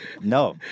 No